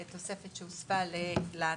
זו תוספת שהוספה לתנאי לרישיון.